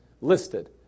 listed